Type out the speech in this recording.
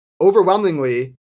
overwhelmingly